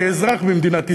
כאזרח במדינת ישראל,